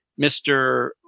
Mr. –